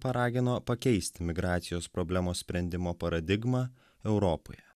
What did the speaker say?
paragino pakeisti migracijos problemos sprendimo paradigmą europoje